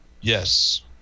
Yes